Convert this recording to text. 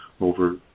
over